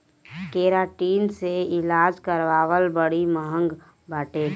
keratin से इलाज करावल बड़ी महँग बाटे